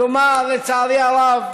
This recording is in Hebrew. כלומר, לצערי הרב,